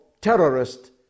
terrorist